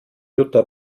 jutta